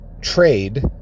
trade